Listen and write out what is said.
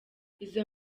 izo